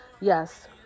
Yes